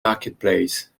marketplace